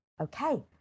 okay